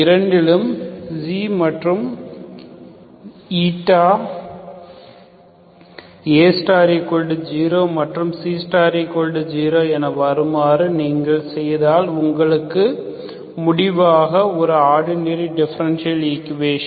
இரண்டிலும் ξ மற்றும் η A0 மற்றும் C0 என வருமாறு நீங்கள் செய்தால் உங்களுக்கு முடிவாக இரு ஆர்டினரி டிஃபரண்டியல் ஈக்வடேசன்